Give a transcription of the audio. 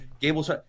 Gables